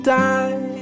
die